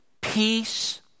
peace